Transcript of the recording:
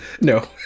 No